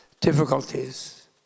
difficulties